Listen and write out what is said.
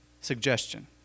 suggestion